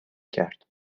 کرد